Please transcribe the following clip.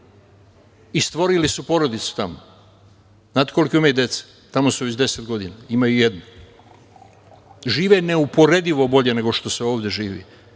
i stvorili su porodicu tamo, znate koliko imaju dece, tamo su već 10 godina, imaju jedno. Žive neuporedivo bolje nego što se ovde